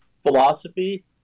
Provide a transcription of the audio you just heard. philosophy